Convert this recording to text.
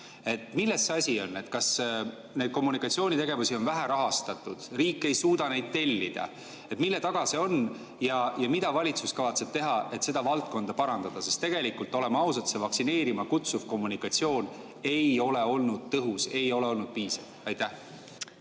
Milles asi on? Kas kõiki neid kommunikatsioonitegevusi on vähe rahastatud? Kas riik ei suuda neid tellida? Mille taga asi on? Ja mida valitsus kavatseb teha, et seda valdkonda parandada? Sest tegelikult, oleme ausad, vaktsineerima kutsuv kommunikatsioon ei ole olnud tõhus, ei ole olnud piisav. Aitäh,